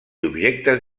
objectes